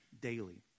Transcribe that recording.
Daily